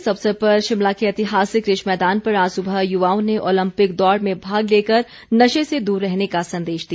इस अवसर पर शिमला के ऐतिहासिक रिज मैदान पर आज सुबह युवाओं ने ओलंपिक दौड़ में भाग लेकर नशे से दूर रहने का संदेश दिया